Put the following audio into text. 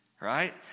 Right